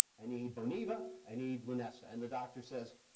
i need boniva. i need lunesta. and the doctor says,